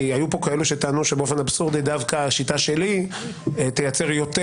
כי היו פה כאלו שטענו שבאופן אבסורדי דווקא השיטה שלי תייצר יותר